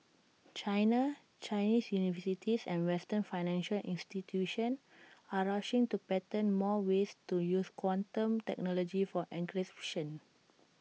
China Chinese universities and western financial institutions are rushing to patent more ways to use quantum technology for encryption